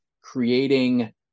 creating